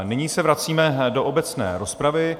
Nyní se vracíme do obecné rozpravy.